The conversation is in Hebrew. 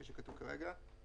כפי שכתוב כרגע.